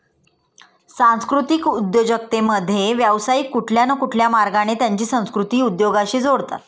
सांस्कृतिक उद्योजकतेमध्ये, व्यावसायिक कुठल्या न कुठल्या मार्गाने त्यांची संस्कृती उद्योगाशी जोडतात